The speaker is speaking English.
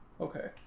Okay